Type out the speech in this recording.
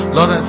Lord